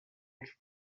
els